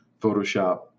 Photoshop